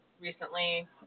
recently